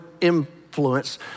influence